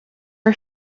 are